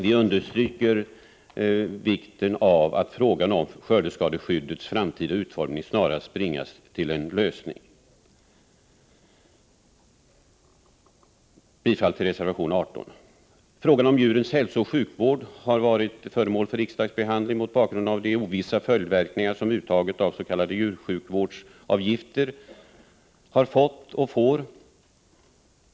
Vi understryker vikten av att frågan om skördeskadeskyddets framtida utformning snarast bringas till en lösning. Jag yrkar bifall till reservation 18. Frågan om djurens hälsooch sjukvård har varit föremål för riksdagsbehandling mot bakgrund av de ovissa följdverkningar som uttaget av s.k. djursjukvårdsavgift har fått och får.